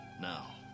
now